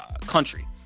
country